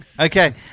Okay